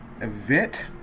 event